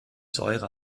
säure